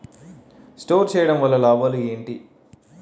Store చేయడం వల్ల లాభాలు ఏంటి?